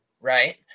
right